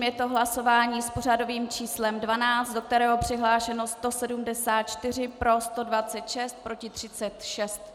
Je to hlasování s pořadovým číslem 12, do kterého je přihlášeno 174, pro 126, proti 36.